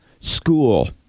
School